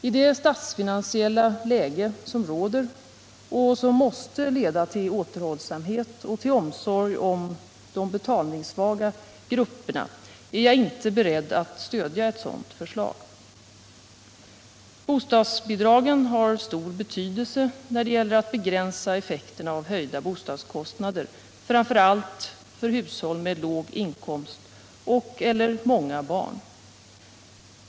I det statsfinansiella läge som råder och som måste leda till återhållsamhet och till omsorg om de betalningssvaga grupperna är jag inte beredd att stödja ett sådant förslag, Bostadsbidragen har stor betydelse när det gäller att begränsa effekterna av höjda bostadskostnader, framför allt för hushåll med låg inkomst eller många barn.